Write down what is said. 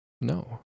No